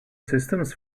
systems